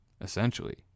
essentially